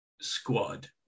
squad